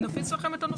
כלומר,